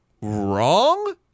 wrong